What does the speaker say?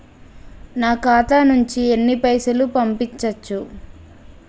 నా ఖాతా నుంచి ఎన్ని పైసలు పంపించచ్చు?